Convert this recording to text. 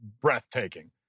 breathtaking